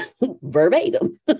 verbatim